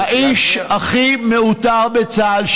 האיש הכי מעוטר בצה"ל,